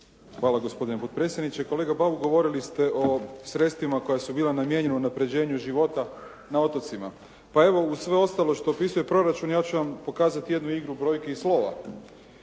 Hvala gospodine potpredsjedniče. Kolega Bauk govorili ste o sredstvima koja su bila namijenjena unapređenju života na otocima. Pa evo uz sve ostalo što opisuje proračun, ja ću vam pokazati jednu igru brojki i slova.